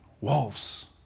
wolves